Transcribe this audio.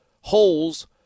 holes